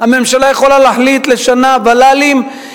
הממשלה יכולה להחליט לשנה על ול"לים.